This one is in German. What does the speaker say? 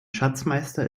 schatzmeister